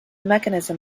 mechanism